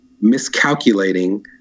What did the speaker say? miscalculating